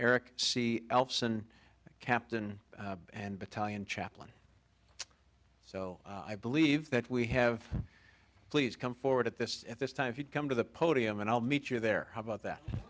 eric elfs and captain and battalion chaplain so i believe that we have please come forward at this at this time if you come to the podium and i'll meet you there how about that